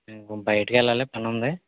బయటకి వెళ్ళాలి పనుంది